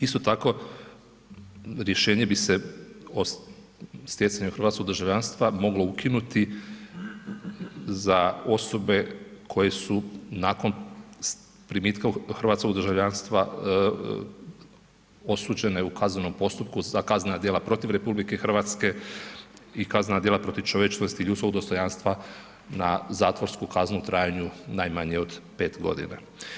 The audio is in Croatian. Isto tako rješenje bi se o stjecanju hrvatskog državljanstva moglo ukinuti za osobe koje su nakon primitka hrvatskog državljanstva osuđene u kaznenom postupku za kaznena djela protiv RH i kaznena djela protiv čovječnosti i ljudskog dostojanstva na zatvorsku kaznu u trajanju najmanje od 5 godina.